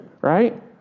right